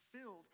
filled